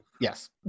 Yes